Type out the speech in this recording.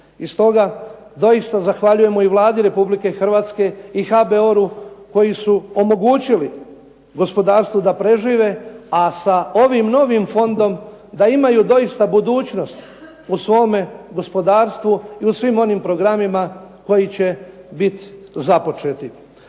I stoga zahvaljujemo i Vlada Republike Hrvatske i HBOR-u koji su omogućili gospodarstvu da prežive, a sa ovim novim fondom da imaju doista budućnost u svome gospodarstvu i u svim onim programima koji će biti započeti.